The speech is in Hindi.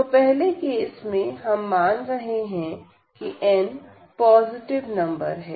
तो पहले केस में हम मान रहे हैं कीn पॉजिटिव नंबर है